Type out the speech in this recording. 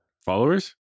Followers